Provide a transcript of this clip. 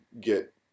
get